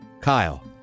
Kyle